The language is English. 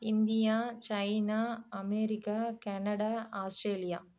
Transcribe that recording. India China America Canada Australia